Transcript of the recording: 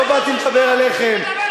לא באתי לדבר עליכם.